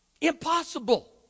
Impossible